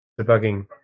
debugging